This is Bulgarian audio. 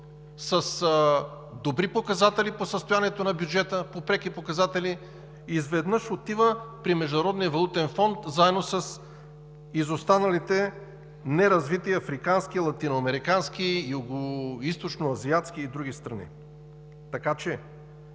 с добри показатели по състоянието на бюджета – по преки показатели, изведнъж отива при Международния валутен фонд заедно с изостаналите неразвити африкански, латиноамерикански, югоизточноазиатски и други страни. Така че